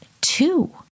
two